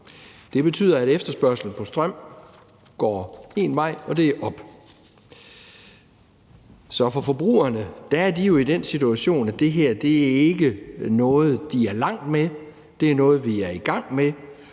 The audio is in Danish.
Det betyder, at efterspørgslen på strøm går én vej, og det er op. Så forbrugerne er jo i den situation, at det her ikke er noget, de er kommet langt med. Det er noget, vi er i gang med,